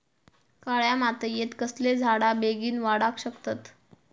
काळ्या मातयेत कसले झाडा बेगीन वाडाक शकतत?